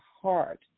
heart